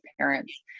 parents